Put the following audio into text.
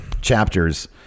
Chapters